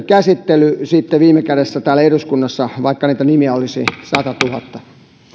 käsittely viime kädessä täällä eduskunnassa vaikka niitä nimiä olisi satatuhatta